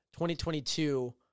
2022